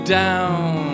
down